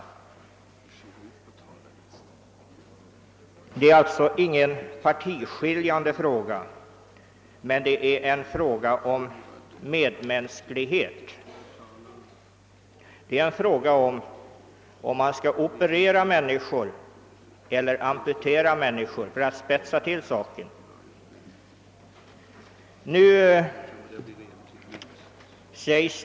Det är alltså ingen partiskiljande fråga, men det är en fråga om medmänsklighet. Om man spetsar till saken kan man säga att det gäller om människor skall opereras eller amputeras.